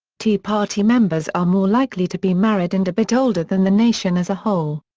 tea party members are more likely to be married and a bit older than the nation as a whole.